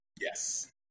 Yes